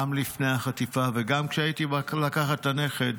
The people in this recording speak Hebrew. גם לפני החטיפה וגם כשהייתי בא לקח את הנכד